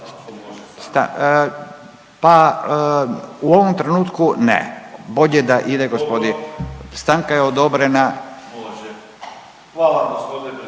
Pa u ovom trenutku ne, bolje da ide gospodin, stanka je odobrena. …/Upadica se ne